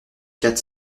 quatre